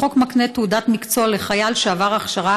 החוק מקנה תעודת מקצוע לחייל שעבר הכשרה